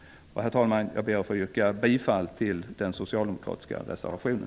Herr talman! Jag ber att få yrka bifall till den socialdemokratiska reservationen.